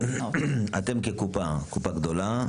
כקופה גדולה,